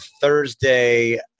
Thursday